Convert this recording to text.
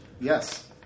Yes